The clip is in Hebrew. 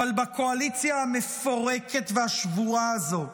בקואליציה המפורקת והשבורה הזו,